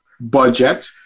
budget